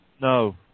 No